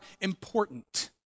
important